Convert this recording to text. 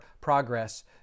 progress